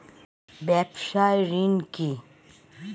ব্যবসায় ঋণ কি?